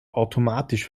automatisch